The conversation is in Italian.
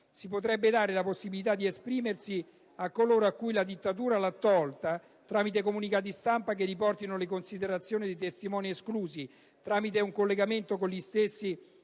Si potrebbe dare la possibilità di esprimersi a coloro ai quali la dittatura l'ha tolta tramite comunicati stampa che riportino le considerazioni dei testimoni esclusi, tramite un collegamento con gli stessi